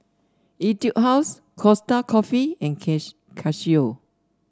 Etude House Costa Coffee and Casio